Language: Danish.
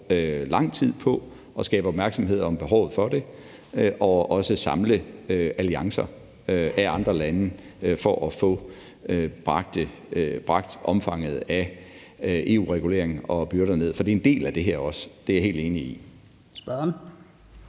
lang tid på at skabe opmærksomhed om behovet for det og samle alliancer af andre lande for at få bragt omfanget af EU-regulering og byrder ned. For det er også en del af det her; det er jeg helt enig i.